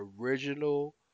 original